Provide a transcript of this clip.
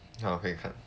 okay 好